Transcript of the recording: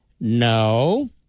No